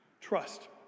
Trust